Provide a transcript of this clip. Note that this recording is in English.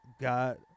got –